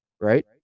right